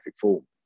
form